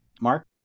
Mark